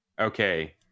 okay